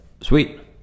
sweet